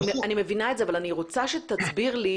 אני מבינה את זה אבל אני רוצה שתסביר לי,